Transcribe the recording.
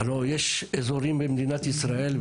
הלא יש אזורים במדינת ישראל,